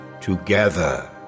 together